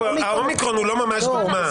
האומיקרון הוא לא ממש דוגמה,